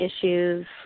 issues